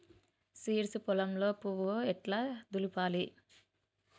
Seeds పొలంలో పువ్వు ఎట్లా దులపాలి?